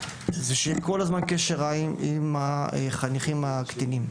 זה שיהיה כל הזמן קשר עין עם החניכים הקטינים.